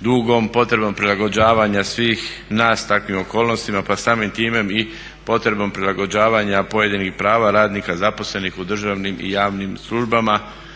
dugom, potrebom prilagođavanja svih nas takvim okolnostima pa samim time i potrebom prilagođavanja pojedinih prava radnika zaposlenih u državnim i javnim službama,